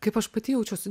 kaip aš pati jaučiuosi